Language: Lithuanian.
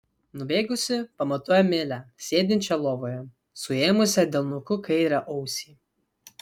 nubėgusi pamatau emilę sėdinčią lovoje suėmusią delnuku kairę ausį